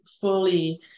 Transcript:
fully